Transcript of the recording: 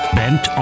bent